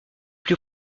plus